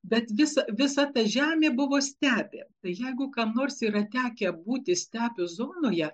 bet visa visa ta žemė buvo stepė tai jeigu kam nors yra tekę būti stepių zonoje